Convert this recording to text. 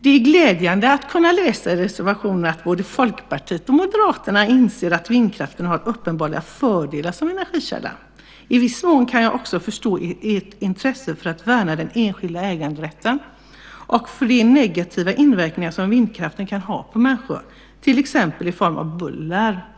Det är glädjande att i reservationerna kunna läsa att både Folkpartiet och Moderaterna inser att vindkraften har uppenbarliga fördelar som energikälla. I viss mån kan jag också förstå ert intresse för att värna den enskilda äganderätten och för de negativa inverkningar som vindkraften kan ha på människor, till exempel i form av buller.